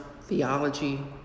theology